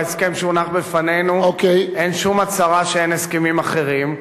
בהסכם שהונח בפנינו אין שום הצהרה שאין הסכמים אחרים.